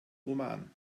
oman